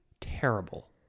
Terrible